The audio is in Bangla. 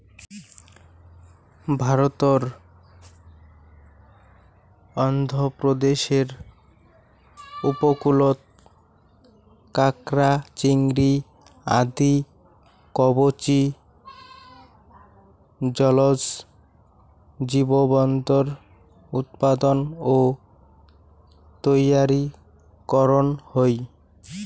ভারতর অন্ধ্রপ্রদেশ উপকূলত কাকড়া, চিংড়ি আদি কবচী জলজ জীবজন্তুর উৎপাদন ও তৈয়ারী করন হই